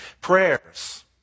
Prayers